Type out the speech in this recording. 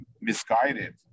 misguided